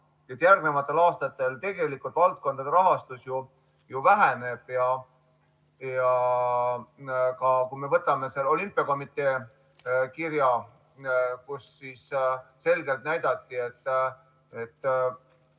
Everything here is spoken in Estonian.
järgmistel aastatel tegelikult valdkondade rahastus ju väheneb. Võtame kas või selle olümpiakomitee kirja, kus selgelt näidati, et